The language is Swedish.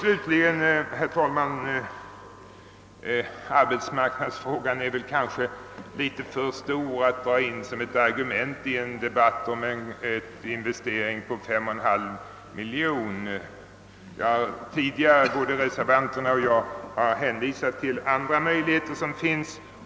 Slutligen vill jag säga, herr talman, att arbetsmarknadsfrågan väl är litet för stor för att dras in i en debatt som gäller en investering på 5,5 miljoner kronor. Både reservanterna och jag har tidigare hänvisat till de andra möjligheter som står till buds.